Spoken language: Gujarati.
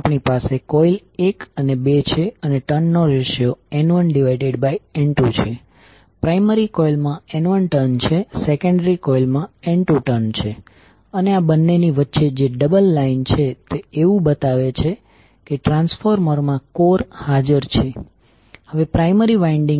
તેથી બીજી કોઇલમાં કરંટ i2 વહી રહ્યો છે જેનો અર્થ એ થાય છે કે i2એ ડોટને છોડી રહ્યું છે તેથી તેનો અર્થ એ કે જો d તે ડોટ છોડી રહ્યું હોય તો ઉત્પન્ન થતા મ્યુચ્યુઅલ વોલ્ટેજનું મૂલ્ય